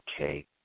Okay